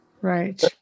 Right